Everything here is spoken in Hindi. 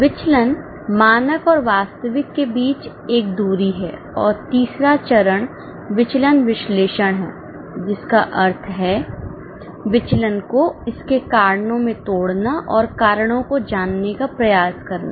विचलन मानक और वास्तविक के बीच एक दूरी है और तीसरा चरण विचलन विश्लेषण है जिसका अर्थ है विचलन को इसके कारणों में तोड़ना और कारणों को जानने का प्रयास करना